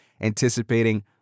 anticipating